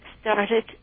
started